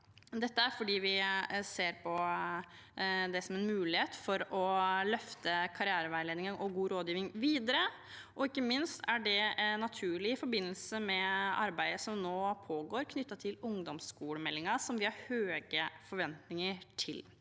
Det er fordi vi ser på det som en mulighet til å løfte karriereveiledningen og god rådgivning videre. Ikke minst er det naturlig i forbindelse med arbeidet som nå pågår knyttet til ungdomsskolemeldingen, som vi har høye forventninger til.